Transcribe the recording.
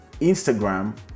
Instagram